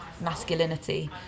masculinity